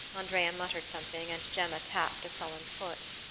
andrea muttered something and gemma tapped a sullen foot.